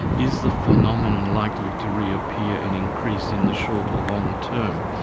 is the phenomenon likely to reappear and increase in the short or long term?